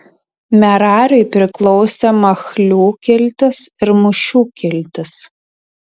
merariui priklausė machlių kiltis ir mušių kiltis